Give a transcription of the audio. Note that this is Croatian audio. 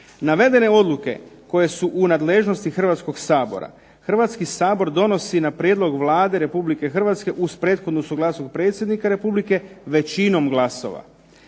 Navedene odluke koje su u nadležnosti Hrvatskog sabora, Hrvatski sabor donosi na prijedlog Vlade Republike Hrvatske uz prethodnu suglasnost predsjednika Republike većinom glasova